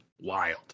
wild